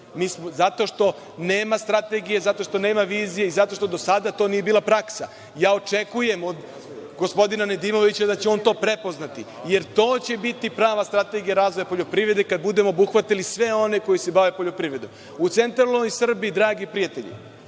Zato što nema strategije, zato što nema vizije i zato što do sada to nije bila praksa. Ja očekujem od gospodina Nedimovića da će on to prepoznati, jer to će biti prava strategija razvoja poljoprivrede, kada budemo obuhvatili sve one koji se bave poljoprivredom.U centralnoj Srbiji, dragi prijatelji,